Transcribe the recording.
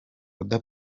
oda